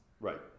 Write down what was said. Right